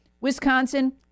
Wisconsin